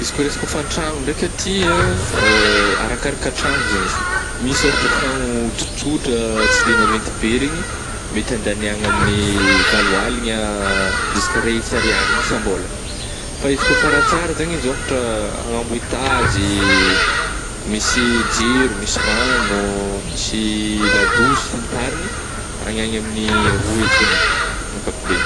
Izy koa resaka hofa-tragno ndraika aty ah, arakaraka tragno zegny izy, misy ôhatragno tsotsotra tsy de mahaventy be regny mety andagny agny amin'ny valo aligna ziska iray hetsy ariary isam-bôlagna, fa izy ka tsaratsara zegny izy ôhatra agnambo etazy, misy jiro, misy ragno, misy la douche sy ny tarigny agny agny amin'ny roa hetsy agny amin'ny akapobeagny.